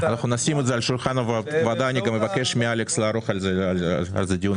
-- נשים את זה על שולחן הוועדה ואבקש מאלכס לערוך על זה דיון בהקדם.